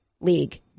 league